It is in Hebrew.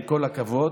עם כל הכבוד,